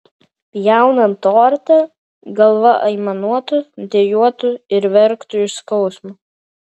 pjaunant tortą galva aimanuotų dejuotų ir verktų iš skausmo